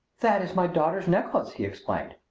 that is my daughter's necklace, he explained.